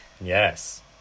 Yes